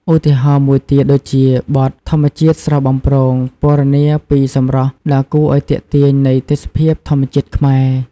ឧទាហរណ៍មួយទៀតដូចជាបទ "ធម្មជាតិស្រស់បំព្រង" ពណ៌នាពីសម្រស់ដ៏គួរឲ្យទាក់ទាញនៃទេសភាពធម្មជាតិខ្មែរ។